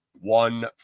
one